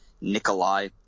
Nikolai